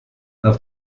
auf